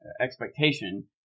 expectation